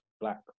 black